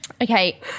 okay